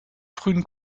frühen